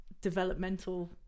developmental